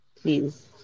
please